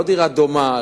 לא דירה דומה,